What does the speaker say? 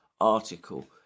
article